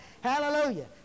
Hallelujah